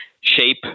shape